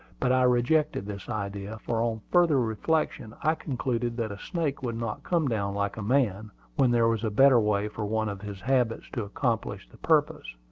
but i rejected this idea for on further reflection i concluded that a snake would not come down like a man, when there was a better way for one of his habits to accomplish the purpose.